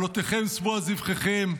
עלותיכם ספו על זבחיכם,